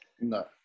no